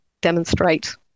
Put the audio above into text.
demonstrate